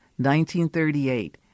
1938